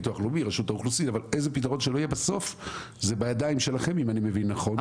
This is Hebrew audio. בסוף זה בידיים שלכם אם אני מבין נכון?